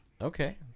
okay